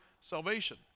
salvation